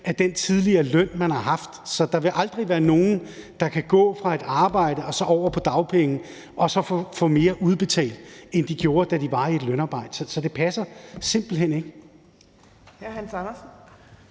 af den tidligere løn, man har haft. Så der vil aldrig være nogen, der kan gå fra et arbejde og over på dagpenge og få mere udbetalt, end de fik, da de var i et lønarbejde. Så det passer simpelt hen ikke.